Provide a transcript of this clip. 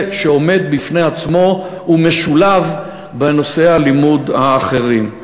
שעומד בפני עצמו ומשולב בנושאי הלימוד האחרים.